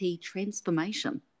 Transformation